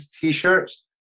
t-shirts